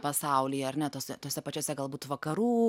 pasaulyje ar ne tose tose pačiose galbūt vakarų